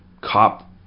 cop